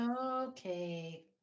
Okay